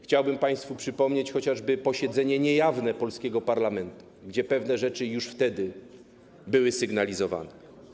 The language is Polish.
Chciałbym państwu przypomnieć chociażby posiedzenie niejawne polskiego parlamentu, gdzie pewne rzeczy już wtedy były sygnalizowane.